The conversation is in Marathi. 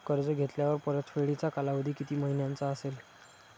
कर्ज घेतल्यावर परतफेडीचा कालावधी किती महिन्यांचा असेल?